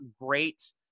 great